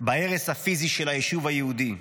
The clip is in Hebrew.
בהרס הפיזי של היישוב היהודי.